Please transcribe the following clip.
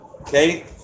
Okay